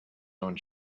own